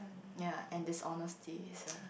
ya and dishonesty is the